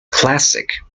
classic